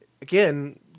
Again